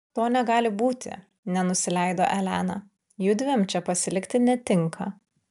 to negali būti nenusileido elena judviem čia pasilikti netinka